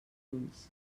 ulls